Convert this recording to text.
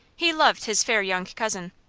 he loved his fair young cousin.